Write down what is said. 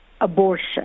abortion